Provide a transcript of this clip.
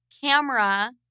camera